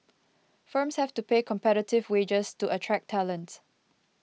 firms have to pay competitive wages to attract talent